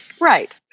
Right